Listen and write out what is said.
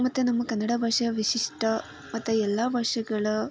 ಮತ್ತು ನಮ್ಮ ಕನ್ನಡ ಭಾಷೆಯ ವಿಶಿಷ್ಟ ಮತ್ತು ಎಲ್ಲ ಭಾಷೆಗಳ